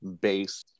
base